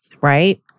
right